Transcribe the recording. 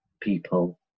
people